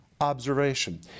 observation